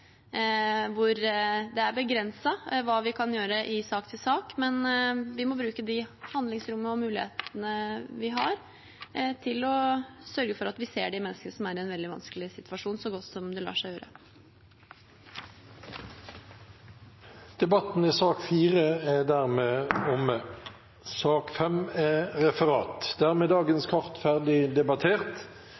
Det er begrenset hva vi kan gjøre fra sak til sak, men vi må bruke det handlingsrommet og de mulighetene vi har, til å sørge for at vi ser de menneskene som er i en veldig vanskelig situasjon, så godt det lar seg gjøre. Interpellasjonsdebatten er avsluttet. Det blir nå en pause i Stortingets forhandlinger, og det vil bli ringt inn til votering kl. 14. Stortinget er